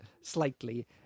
slightly